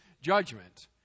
judgment